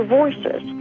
voices